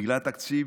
בגלל התקציב,